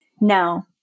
No